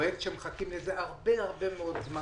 פרויקט שמחכים לו הרבה-הרבה זמן,